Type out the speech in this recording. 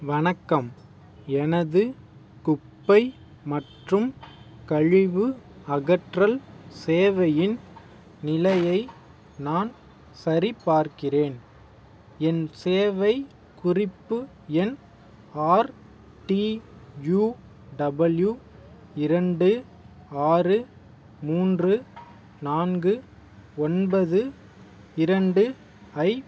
வணக்கம் எனது குப்பை மற்றும் கழிவு அகற்றல் சேவையின் நிலையை நான் சரிபார்க்கிறேன் என் சேவை குறிப்பு எண் ஆர்டியுடபள்யூ இரண்டு ஆறு மூன்று நான்கு ஒன்பது இரண்டு ஐப்